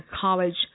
college